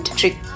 trick